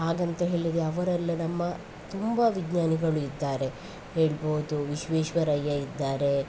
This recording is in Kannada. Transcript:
ಹಾಗಂತ ಹೇಳಿದೆ ಅವರೆಲ್ಲ ನಮ್ಮ ತುಂಬ ವಿಜ್ಞಾನಿಗಳು ಇದ್ದಾರೆ ಹೇಳ್ಬೋದು ವಿಶ್ವೇಶ್ವರಯ್ಯ ಇದ್ದಾರೆ